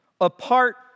apart